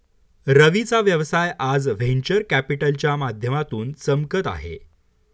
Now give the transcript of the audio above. रवीचा व्यवसाय आज व्हेंचर कॅपिटलच्या माध्यमातून चमकत आहे